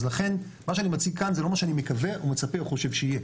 לכן מה שאני מציג כאן זה לא מה שאני מקווה או מצפה או חושב שיהיה.